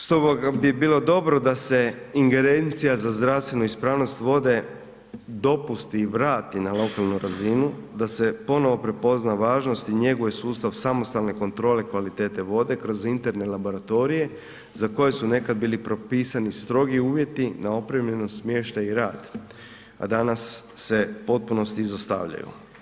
Stoga bi bilo dobro da se ingerencija za zdravstvenu ispravnost vode dopusti i vrati na lokalnu razinu, da se ponovo prepozna važnost i njeguje sustav samostalne kontrole kvalitete vode kroz interne laboratorije za koje su nekad bili propisani strogi uvjeti na opremljenost, smještaj i rad, a danas se u potpunosti izostavljaju.